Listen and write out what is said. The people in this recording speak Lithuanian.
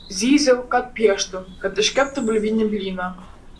zyziau kad pieštų kad iškeptų bulvinį blyną